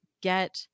get